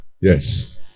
Yes